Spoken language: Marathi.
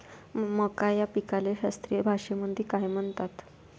मका या पिकाले शास्त्रीय भाषेमंदी काय म्हणतात?